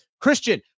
Christian